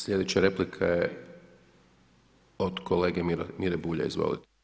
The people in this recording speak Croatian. Slijedeća replika je od kolege Mire Bulja, izvolite.